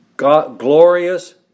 Glorious